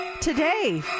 today